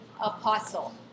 apostle